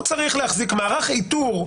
הוא צריך להחזיק מערך איתור,